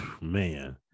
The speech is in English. Man